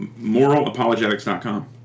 Moralapologetics.com